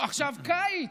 עכשיו קיץ.